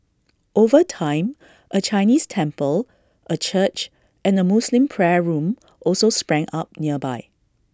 over time A Chinese temple A church and A Muslim prayer room also sprang up nearby